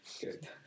Good